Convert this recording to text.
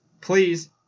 please